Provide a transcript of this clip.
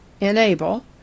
enable